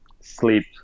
sleep